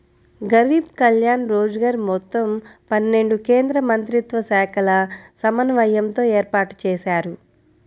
గరీబ్ కళ్యాణ్ రోజ్గర్ మొత్తం పన్నెండు కేంద్రమంత్రిత్వశాఖల సమన్వయంతో ఏర్పాటుజేశారు